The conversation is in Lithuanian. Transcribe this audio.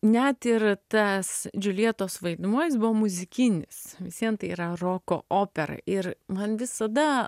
net ir tas džiuljetos vaidmuo jis buvo muzikinis visvien tai yra roko opera ir man visada